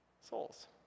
souls